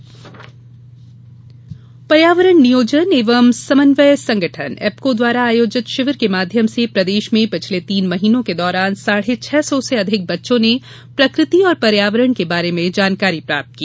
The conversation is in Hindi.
पर्यावरण बच्चे पर्यावरण नियोजन एवं समन्वय संगठन एप्को द्वारा आयोजित शिविर के माध्यम से प्रदेश में पिछले तीन महीनों के दौरान साढ़े छह सौ से अधिक बच्चों ने प्रकृति और पर्यावरण के बारे में जानकारी प्राप्त की